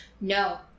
No